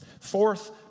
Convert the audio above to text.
Fourth